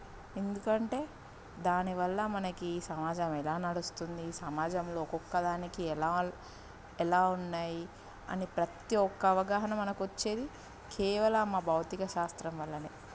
ఎందుకంటే దానివల్ల మనకి ఈ సమాజం ఎలా నడుస్తుంది ఈ సమాజంలో ఒక్కొక్క దానికి ఎలా ఎలా ఉన్నాయి అని ప్రతీ ఒక్క అవగాహన మనకు వచ్చేది కేవలం ఆ భౌతికశాస్త్రం వల్లనే